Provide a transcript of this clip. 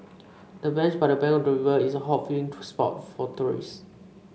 the bench by the bank of the river is a hot viewing spot for tourists